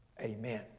Amen